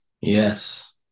Yes